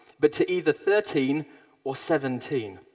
but to either thirteen or seventeen.